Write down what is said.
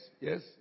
yes